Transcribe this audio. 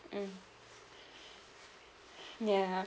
mm ya